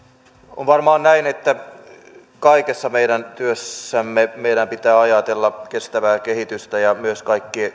on varmaan näin että kaikessa meidän työssämme meidän pitää ajatella kestävää kehitystä ja myös kaikkien